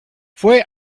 fue